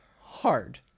hard